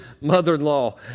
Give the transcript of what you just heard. mother-in-law